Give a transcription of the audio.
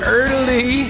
early